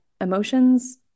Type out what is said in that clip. emotions